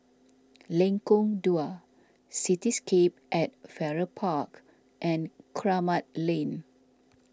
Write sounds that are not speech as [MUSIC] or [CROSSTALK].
[NOISE] Lengkong Dua Cityscape at Farrer Park and Kramat Lane